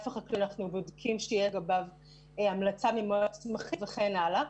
בענף החקלאות אנחנו בודקים שתהיה המלצה ממועצת הצמחים וכן הלאה.